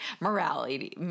morality